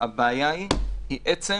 הבעיה היא עצם